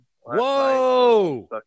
Whoa